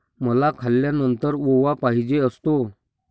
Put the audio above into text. मला खाल्यानंतर ओवा पाहिजे असतो